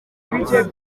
gusa